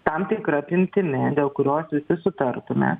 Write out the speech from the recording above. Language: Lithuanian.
tam tikra apimtimi dėl kurios visi susitartume